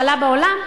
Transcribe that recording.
עלו בעולם,